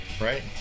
Right